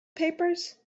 papers